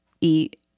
eat